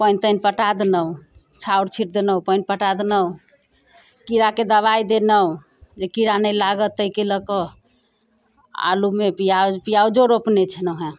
पानि तानि पटा देलहुँ छाउर छीट देलहुँ पानि पटा देलहुँ कीड़ाके दबाइ देलहुँ जे कीड़ा नहि लागत ताहिके लऽ कऽ आलूमे पिआज पियाजो रोपने छलहुँ हँ